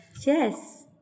Yes